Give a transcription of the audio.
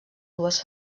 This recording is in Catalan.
dues